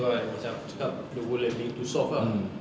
tu ah macam cakap world is being too soft ah